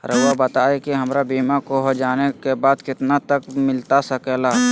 रहुआ बताइए कि हमारा बीमा हो जाने के बाद कितना तक मिलता सके ला?